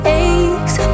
aches